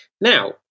Now